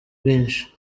bwinshi